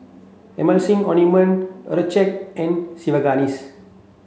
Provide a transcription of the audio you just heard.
Emulsying Ointment Accucheck and Sigvaris